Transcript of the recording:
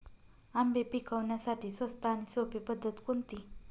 आंबे पिकवण्यासाठी स्वस्त आणि सोपी पद्धत कोणती?